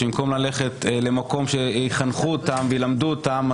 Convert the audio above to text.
שבמקום ללכת למקום שיחנכו אותם וילמדו אותם,